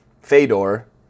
Fedor